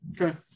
Okay